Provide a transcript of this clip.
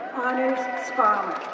honor's scholar,